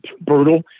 brutal